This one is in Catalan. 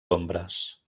ombres